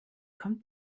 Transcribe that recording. kommt